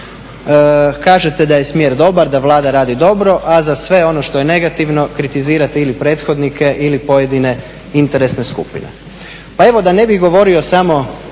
Kažete da je smjer dobar, da Vlada radi dobro a za sve ono što je negativno kritizirate ili prethodnike ili pojedine interesne skupine. Pa evo, da ne bih govorio samo